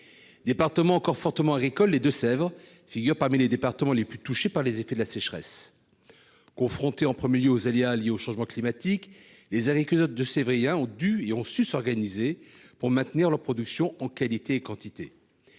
raréfie. Encore fortement agricole, le département des Deux-Sèvres figure parmi les plus touchés par les effets de la sécheresse. Confrontés au premier chef aux aléas liés au changement climatique, les agriculteurs deux-sévriens ont dû et ont su s'organiser pour maintenir leur production en qualité et en quantité.